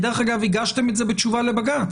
דרך אגב הגשתם את זה בתשובה לבג"צ,